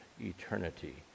eternity